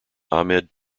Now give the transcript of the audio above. ahmad